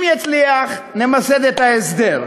אם יצליח, נמסד את ההסדר.